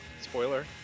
Spoiler